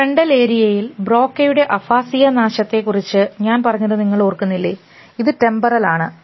frontal ഏരിയയിൽ ബ്രോക്കയുടെ aphasia നാശത്തെക്കുറിച്ച് ഞാൻ പറഞ്ഞത് നിങ്ങൾ ഓർക്കുന്നില്ലേ ഇത് ടെമ്പറൽ ആണ്